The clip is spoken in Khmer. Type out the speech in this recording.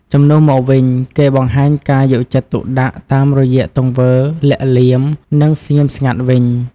ជំនួសមកវិញ គេបង្ហាញការយកចិត្តទុកដាក់តាមរយៈទង្វើលាក់លៀម និងស្ងៀមស្ងាត់វិញ។